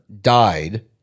died